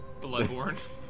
Bloodborne